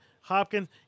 Hopkins